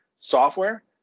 software